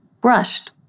brushed